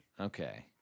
Okay